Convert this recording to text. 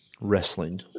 wrestling